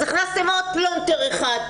אז הכנסתם עוד פלונטר אחד,